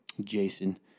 Jason